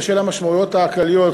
בשל המשמעויות הכלליות,